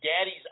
daddy's